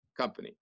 company